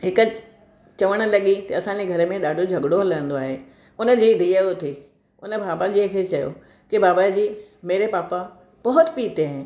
हिकु चवण लॻी की असांजे घर में ॾाढो झगड़ो हलंदो आहे उनजी धीअ उथी उन बाबाजीअ खे चयो की बाबा जी मेरे पापा बहुत पीते हैं